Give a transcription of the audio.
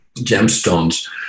gemstones